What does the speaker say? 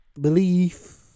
belief